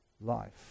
life